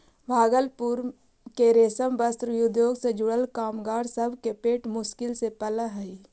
भागलपुर के रेशम वस्त्र उद्योग से जुड़ल कामगार सब के पेट मुश्किल से पलऽ हई